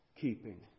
keeping